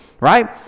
right